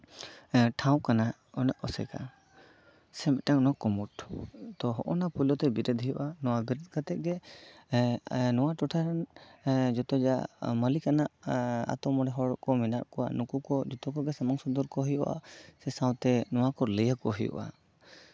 ᱴᱷᱟᱶ ᱠᱟᱱᱟ ᱚᱱᱟ ᱟᱥᱮᱠᱟ ᱥᱮ ᱢᱤᱫᱴᱟᱝ ᱚᱱᱟ ᱠᱩᱢᱩᱴ ᱛᱚ ᱦᱚᱜᱼᱚᱭ ᱱᱟ ᱯᱳᱭᱞᱳ ᱛᱮ ᱵᱮᱨᱮᱫ ᱦᱩᱭᱩᱜᱼᱟ ᱱᱚᱣᱟ ᱵᱮᱨᱮᱫ ᱠᱟᱛᱮᱜ ᱜᱮ ᱮᱜ ᱱᱚᱣᱟ ᱴᱚᱴᱷᱟ ᱨᱮᱱ ᱮᱜ ᱡᱚᱛᱚ ᱡᱟ ᱢᱟᱞᱤᱠ ᱟᱱᱟᱜ ᱟᱛᱳ ᱢᱚᱬᱮ ᱦᱚᱲ ᱠᱚ ᱢᱮᱱᱟᱜ ᱠᱚᱣᱟ ᱱᱩᱠᱩ ᱠᱚ ᱡᱚᱛᱚ ᱠᱚᱜᱮ ᱥᱟᱢᱟᱝ ᱥᱚᱫᱚᱨ ᱠᱚᱦᱩᱭᱩᱜᱼᱟ ᱥᱮ ᱥᱟᱶᱛᱮ ᱱᱚᱣᱟ ᱠᱚ ᱞᱟᱹᱭ ᱟᱠᱚ ᱦᱩᱭᱩᱜᱼᱟ